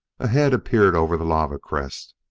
a head appeared over the lava crest.